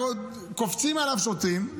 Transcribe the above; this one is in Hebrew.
קופצים עליו שוטרים,